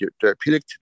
therapeutic